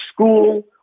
school